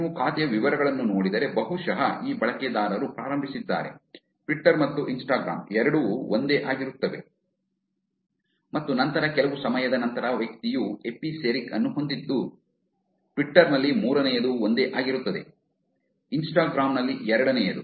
ನೀವು ಖಾತೆಯ ವಿವರಗಳನ್ನು ನೋಡಿದರೆ ಬಹುಶಃ ಈ ಬಳಕೆದಾರರು ಪ್ರಾರಂಭಿಸಿದ್ದಾರೆ ಟ್ವಿಟ್ಟರ್ ಮತ್ತು ಇನ್ಸ್ಟಾಗ್ರಾಮ್ ಎರಡೂ ಒಂದೇ ಆಗಿರುತ್ತವೆ ಮತ್ತು ನಂತರ ಕೆಲವು ಸಮಯದ ನಂತರ ವ್ಯಕ್ತಿಯು ಎಪಿಸೆರಿಕ್ ಅನ್ನು ಹೊಂದಿದ್ದು ಟ್ವಿಟ್ಟರ್ ನಲ್ಲಿ ಮೂರನೆಯದು ಒಂದೇ ಆಗಿರುತ್ತದೆ ಇನ್ಸ್ಟಾಗ್ರಾಮ್ ನಲ್ಲಿ ಎರಡನೆಯದು